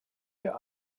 wir